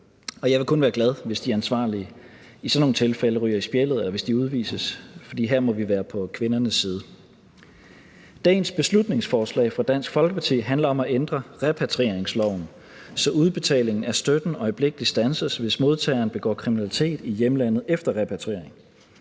jeg vil kun være glad, hvis de ansvarlige i sådan nogle tilfælde ryger i spjældet, eller hvis de udvises, fordi her må vi være på kvindernes side. Dagens beslutningsforslag fra Dansk Folkeparti handler om at ændre repatrieringsloven, så udbetalingen af støtten øjeblikkeligt standses, hvis modtageren begår kriminalitet i hjemlandet efter repatrieringen.